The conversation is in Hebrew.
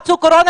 מצאו קורונה,